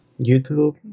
YouTube